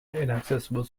inaccessible